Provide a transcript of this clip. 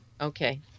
Okay